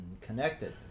connected